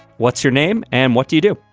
what's your name and what do you do?